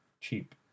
cheap